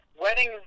wedding